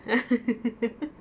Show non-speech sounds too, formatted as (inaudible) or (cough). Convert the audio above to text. (laughs)